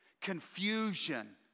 confusion